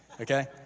okay